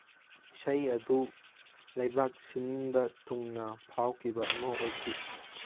ꯏꯁꯩ ꯑꯗꯨ ꯂꯩꯕꯥꯛ ꯁꯤꯟꯕ ꯊꯨꯡꯅ ꯐꯥꯎꯈꯤꯕ ꯑꯃ ꯑꯣꯏꯈꯤ